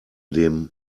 dem